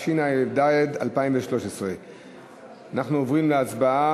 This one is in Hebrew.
התשע"ד 2013. אנחנו עוברים להצבעה.